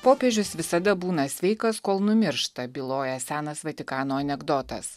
popiežius visada būna sveikas kol numiršta byloja senas vatikano anekdotas